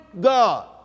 God